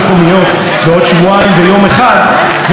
וגם עוד יהיה סיבוב שני אז זה כמעט עוד חודש מהיום.